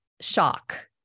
shock